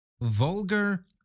Vulgar